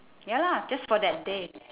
ya lah just for that day